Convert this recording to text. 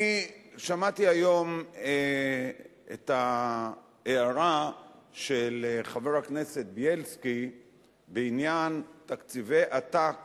אני שמעתי היום את ההערה של חבר הכנסת בילסקי בעניין תקציבי עתק